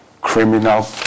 criminal